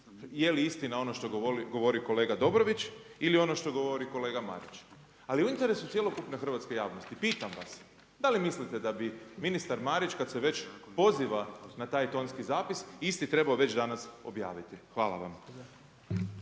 je li istina ono što govori kolega Dobrović ili ono što govori kolega Marić, ali je u interesu cjelokupne hrvatske javnosti, pitam vas, da li mislite da bi ministar Marić, kad se već poziva na taj tonski zapis, isti trebao već danas objaviti. Hvala vam.